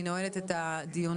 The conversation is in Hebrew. אני נועלת את הדיון.